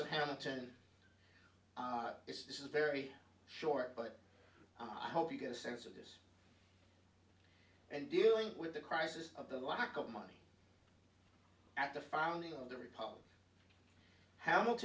of hamilton is this is very short but one hope you get a sense of this and dealing with the crisis of the lack of money at the founding of the republic h